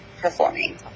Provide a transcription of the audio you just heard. performing